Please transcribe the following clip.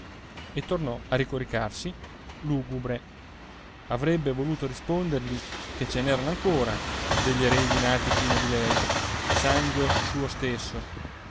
e tornò a ricoricarsi lugubre avrebbe voluto rispondergli che ce n'erano ancora degli eredi nati prima di lei sangue suo stesso